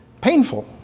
painful